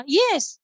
yes